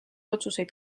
otsuseid